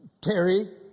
Terry